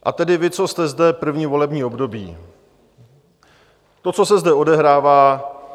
A tedy vy, co jste zde první volební období, to, co se zde odehrává...